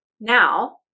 Now